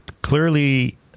clearly